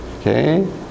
okay